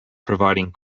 providing